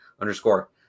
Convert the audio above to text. underscore